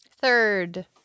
Third